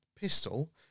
Pistol